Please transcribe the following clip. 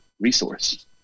resource